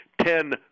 Ten